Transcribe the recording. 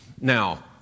Now